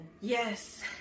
yes